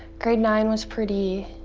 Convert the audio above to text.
grade nine was pretty.